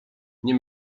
nie